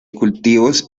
cultivos